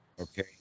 Okay